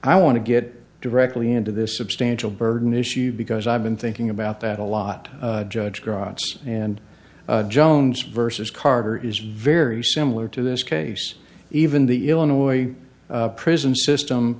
i want to get directly into this substantial burden issue because i've been thinking about that a lot judge across and jones versus carter is very similar to this case even the illinois prison system